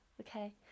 okay